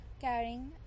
carrying